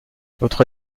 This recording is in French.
notre